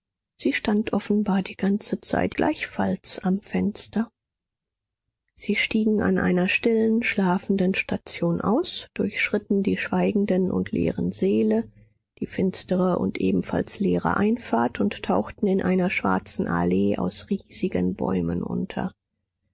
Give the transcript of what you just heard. sie stand offenbar die ganze zeit gleichfalls am fenster sie stiegen an einer stillen schlafenden station aus durchschritten die schweigenden und leeren säle die finstere und ebenfalls leere einfahrt und tauchten in einer schwarzen allee aus riesigen bäumen unter